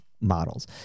Models